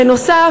בנוסף,